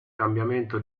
cambiamento